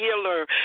healer